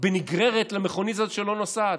בנגררת למכונית הזאת שלא נוסעת.